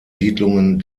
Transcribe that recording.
siedlungen